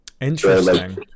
Interesting